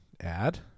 add